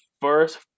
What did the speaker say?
first